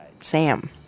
Sam